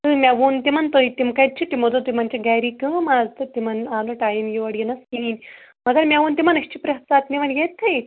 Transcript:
تہٕ مےٚ وۄن تِمن تُہۍ تِم کَتہِ چھِ تِمو دوٚپ تِمن چھِ گَرے کٲم اَز تہٕ تِمن آو نہٕ ٹایم یور یِنس کِہیٖنۍ مگر مےٚ وۄن تِمن أسۍ چھِ پرٮ۪تھ ساتہٕ نِوان یتتھٕے